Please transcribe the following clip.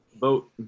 boat